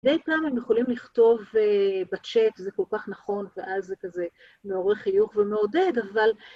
מדי פעם הם יכולים לכתוב בצ'אט, "זה כל כך נכון", ואז זה כזה מעורר חיוך ומעודד, אבל...